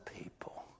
people